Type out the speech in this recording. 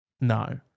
No